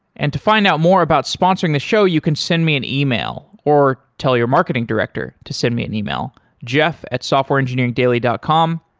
and to find out more about sponsoring the show, you can send me an email or tell your marketing director to send me an email, jeff at softwareengineering dot com.